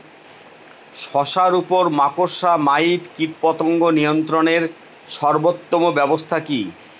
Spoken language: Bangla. শশার উপর মাকড়সা মাইট কীটপতঙ্গ নিয়ন্ত্রণের সর্বোত্তম ব্যবস্থা কি?